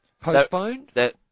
Postponed